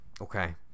Okay